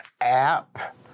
app